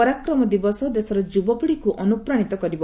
ପରାକ୍ରମ ଦିବସ ଦେଶର ଯୁବପିଢ଼ିକୁ ଅନୁପ୍ରାଣିତ କରିବ